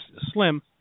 slim